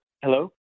Hello